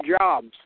jobs